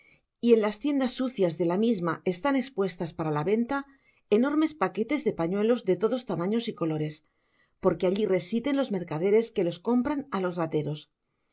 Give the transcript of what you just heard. y en las tiendas sucias de la misma están espuestas para la venta enormes paquetes de pañuelos de todos tamaños y colores porque alli residen los mercaderes que los compran á los rateros